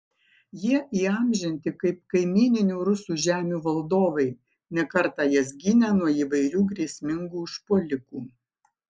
jie įamžinti kaip kaimyninių rusų žemių valdovai ne kartą jas gynę nuo įvairių grėsmingų užpuolikų